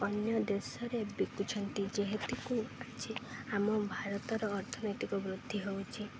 ଅନ୍ୟ ଦେଶରେ ବିକୁଛନ୍ତି ଯେହେତୁକୁ ଆଜି ଆମ ଭାରତର ଅର୍ଥନୈତିକ ବୃଦ୍ଧି ହେଉଛି